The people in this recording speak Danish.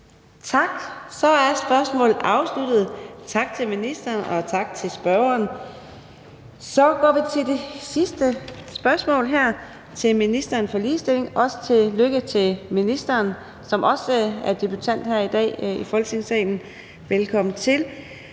Tak. Så er spørgsmålet afsluttet. Tak til ministeren, og tak til spørgeren. Så går vi til det sidste spørgsmål, som er til ministeren for ligestilling. Og tillykke til ministeren, som også er debutant her i dag i Folketingssalen. Velkommen til.